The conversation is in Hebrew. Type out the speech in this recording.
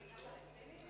אני לא חלק מהכיבוש הזה.